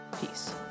Peace